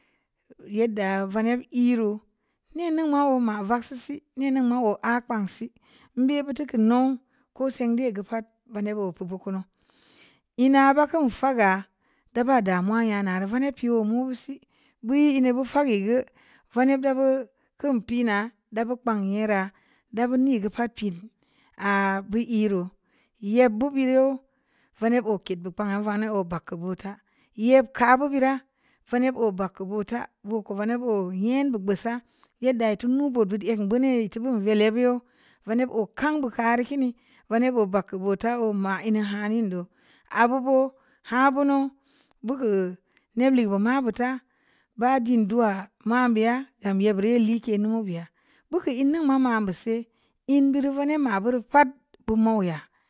Yedda veneb i’ roo, nee ningn m a oo ma’vagseu si nee ningn ma oo aa kpang si, n be’ buteu keu nou ko seng dee geu pad veneb oo pi bu kunu ma bakeun faga da baa damuwa ngana re veneb pi, oo mubu si bu nyi ma bu fageu gu veneb da bukin pi’na dabu kpang nyera da bu nii geu pad pin aa bu i’ roo yebbu bira veneb oo ƙedbu ƙpangna veneb oo bag keu boo fa, yeb kaa bu bira veneb oo bag keu boo ta boo ko veneb oo nyenbu gbeusa yedda i teu nuu-bood bid egn beune i teu bun veli yeb yoo, veneb oo kaam bu kaari kimi, veneb oo bag keu boo ta boo ma’ ina haunin noo, abuboo haa bono bu keu ned ligeu bu maaɓu fa ba diin dua ma’n beya gam yebbira yee lii ke nuwu beya, bu keu inning ma ma’n buse in bureu veneb ma’ bureu pad bu mo’u yaa.